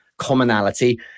commonality